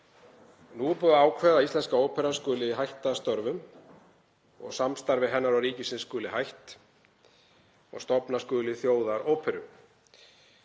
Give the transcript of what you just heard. er búið að ákveða að Íslenska óperan skuli hætta störfum, samstarfi hennar og ríkisins skuli hætt og að stofna skuli Þjóðaróperu.